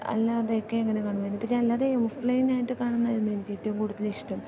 അല്ലാതെയൊക്കെ അങ്ങനെ കാണുമായിരുന്നു പിന്നെ അല്ലാതെ ഓഫ്ലൈൻ ആയിട്ട് കാണുന്നതായിരുന്നു എനിക്ക് ഏറ്റവും കൂടുതൽ ഇഷ്ടം